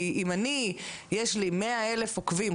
כי אם אני יש לי 100 אלף עוקבים,